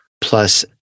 plus